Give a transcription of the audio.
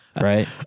Right